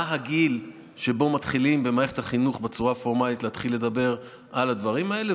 מה הגיל שבו מתחילים במערכת החינוך בצורה הפורמלית לדבר על הדברים האלה.